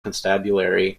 constabulary